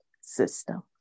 System